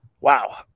Wow